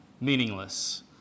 meaningless